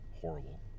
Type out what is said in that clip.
horrible